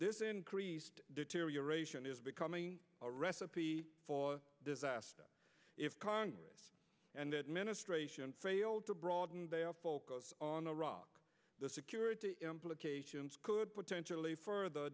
this increased deterioration is becoming a recipe for disaster if congress and the administration failed to broaden their focus on iraq the security implications could potentially f